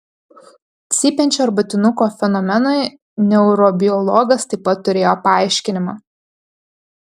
cypiančio arbatinuko fenomenui neurobiologas taip pat turėjo paaiškinimą